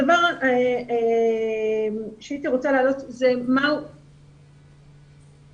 הדבר שהייתי רוצה להעלות זה לגבי מעסיק,